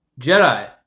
Jedi